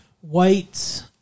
white